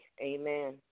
Amen